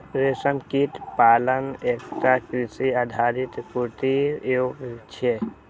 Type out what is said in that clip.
रेशम कीट पालन एकटा कृषि आधारित कुटीर उद्योग छियै